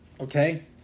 Okay